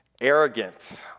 Arrogant